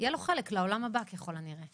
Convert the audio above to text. - יהיה לו חלק לעולם הבא ככל הנראה.